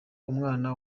umwana